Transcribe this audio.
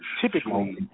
typically